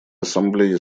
ассамблеи